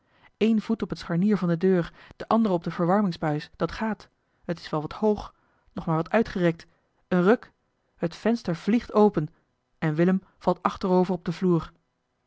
eén voet op het scharnier van de deur de andere op de verwarmingsbuis dat gaat het is wel wat hoog nog maar wat uitgerekt een ruk het venster vliegt open en willem valt achterover op den vloer